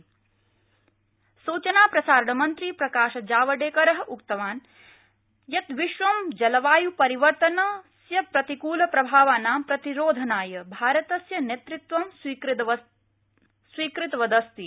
जावडेकर जलवायु परिवर्तनम् सूचना प्रसारण मन्त्री प्रकाश जावडेकर उक्तवान् यत् विश्वं जलवाय् परिवर्तनस्य प्रतिकूल प्रभावानां प्रतिरोधनाय भारतस्य नेतृत्वं स्वीकृतवदस्ति